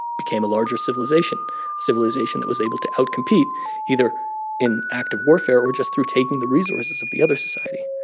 became a larger civilization, a civilization that was able to outcompete either in active warfare or just through taking the resources of the other society.